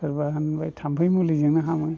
सोरबा होनबाय थाम्फै मुलिजोंनो हामो